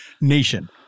Nation